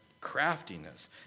craftiness